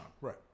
Right